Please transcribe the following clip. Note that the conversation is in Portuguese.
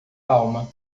alma